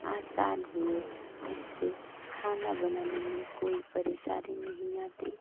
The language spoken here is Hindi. आसान हुए इससे खाना बनाने में कोई परेशानी नहीं आती